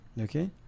Okay